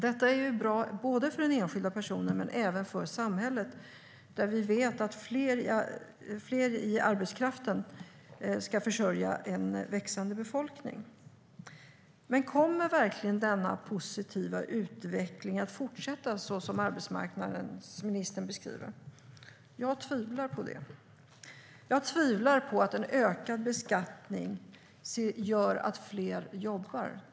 Detta är bra både för den enskilda personen och för samhället. Vi vet ju att fler i arbetskraften ska försörja en växande befolkning. Men kommer verkligen denna positiva utveckling att fortsätta så som arbetsmarknadsministern beskriver? Jag tvivlar på det. Jag tvivlar på att en ökad beskattning gör att fler jobbar.